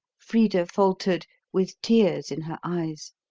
frida faltered, with tears in her eyes